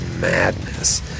madness